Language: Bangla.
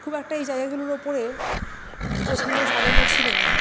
খুব একটা এই জায়গাগুলোর উপরে গোছানো সাজানো ছিল না